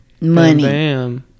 Money